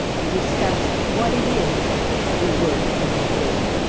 to discuss what it is to work in the theatre,